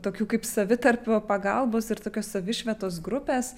tokių kaip savitarpio pagalbos ir tokios savišvietos grupės